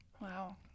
Wow